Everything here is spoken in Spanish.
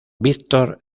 victor